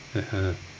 (uh huh)